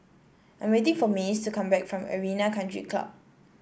I'm waiting for Mace to come back from Arena Country Club